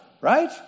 right